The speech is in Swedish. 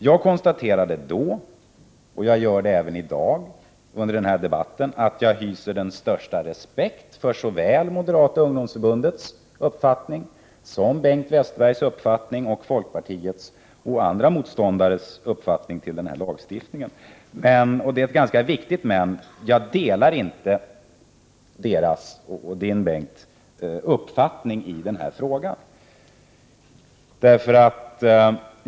Jag konstaterade då, liksom jag även gör i dag, att jag hyser den största respekt för såväl Moderata ungdomsförbundets uppfattning som Bengt Westerbergs, folkpartiets och andra motståndares uppfattning om denna lagstiftning. Men — och det är ganska viktigt — jag delar inte Bengt Westerbergs uppfattning när det gäller denna fråga.